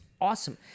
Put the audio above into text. awesome